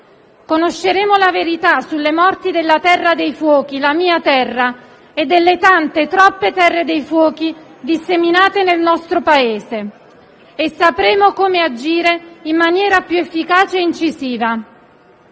Conosceremo la verità sulle morti della terra dei fuochi, la mia terra, e delle tante, troppe terre dei fuochi disseminate nel nostro Paese e sapremo come agire in maniera più efficace e incisiva.